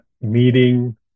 meeting